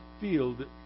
field